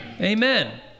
amen